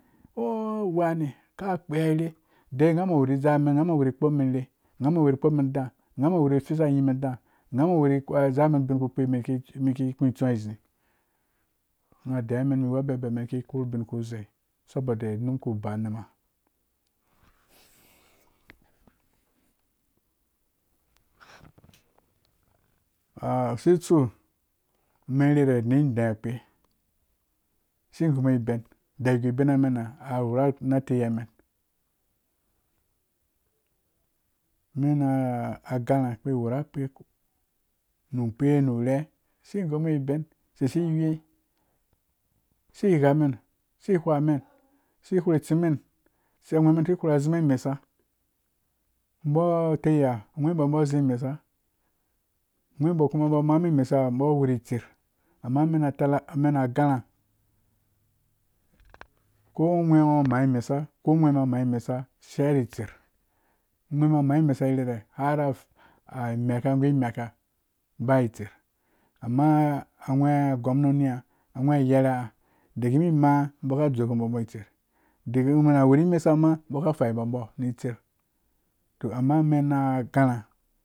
A gee uwani ka kpenya irhe da nghamɔɔ awuri dzema man nghamɔɔ quri kpom men irhe nghamɔɔ da nghamɔɔ wuri fise nyemen dã nghamɔɔ wuri dzaa ubinkpi men ku tsuwa zi na deiwa men iwu biraba men ki korhu ubir ku zei saboda num ku ba numa au se tsu men rherhe kpe si gumen uben dai gũiben mena a wura ataiyamen men agãrhã akpe wura akpe nu kpee nu rhe si gumen ben sei ni wheeyi si ghama si ngwamen si kpo tsimmen agwee men asi fura azibo imesa umbo zaiya agweembo bo zi mesa agweembo kai ba maabo mesa ha bo awuri tser amma tela mena agharka ko ugweengho ama mesa ko gweemun amma mesa rherhe har imeka gu meka ba tser amma agwee gommoni ha agwee ayerha dagee maa bo ka dzewukubo bo itser dake gwee na wuri mesa ma boka faibo ni tser to amma men a ghãrhã